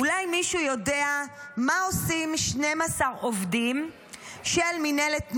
אולי מישהו יודע מה עושים 12 עובדים של מינהלת תנופה,